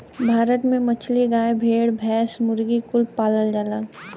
भारत में मछली, गाय, भेड़, भैंस, मुर्गी कुल पालल जाला